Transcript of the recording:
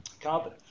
carbon